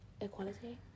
equality